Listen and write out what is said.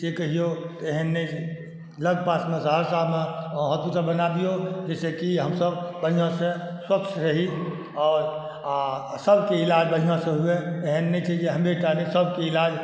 से कहियो एहन नहि लग पासमे सहरसामे हॉस्पिटल बना दियौ जइ से कि हम सब बढ़िऑं से स्वस्थ रही आओर आ सबके इलाज बढ़ि से हुए एहन नहि छै जे हमरे टा नहि सबके इलाज